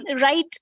right